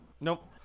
Nope